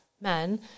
men